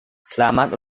selamat